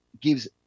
gives